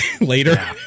later